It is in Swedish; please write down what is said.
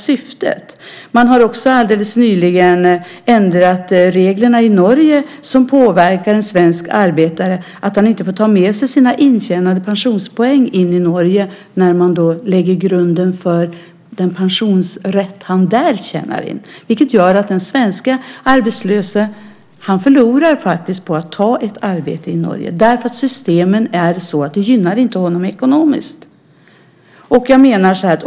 Alldeles nyligen har man i Norge ändrat reglerna för pension så att en svensk arbetare inte får ta med sig sina intjänade pensionspoäng till Norge när man lägger grunden för den pensionsrätt han tjänar in där. Det innebär att en svensk arbetslös förlorar på att ta ett arbete i Norge eftersom systemen är sådana att de inte gynnar honom ekonomiskt.